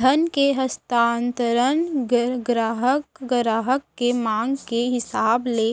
धन के हस्तांतरन गराहक के मांग के हिसाब ले